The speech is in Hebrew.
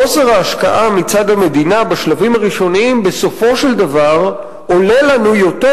חוסר ההשקעה מצד המדינה בשלבים הראשונים בסופו של דבר עולה לנו יותר,